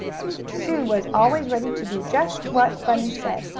sue was always ready to do just what bunny said,